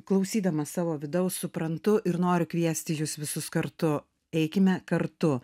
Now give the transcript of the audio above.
klausydama savo vidaus suprantu ir noriu kviesti jus visus kartu eikime kartu